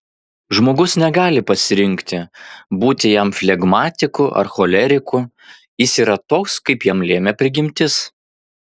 žmogus negali pasirinkti būti jam flegmatiku ar choleriku jis yra toks kaip jam lėmė prigimtis